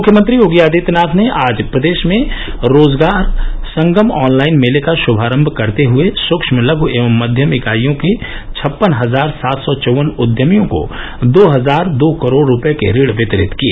मुख्यमंत्री योगी आदित्यनाथ ने आज प्रदेश में रोजगार संगम ऑनलाइन मेले का श्भारंभ करते हए सुक्ष्म लघ् एवं मध्यम इकाइयों के छप्पन हजार सात सौ चौवन उद्यमियों को दो हजार दो करोड़ रुपए के ऋण वितरित किए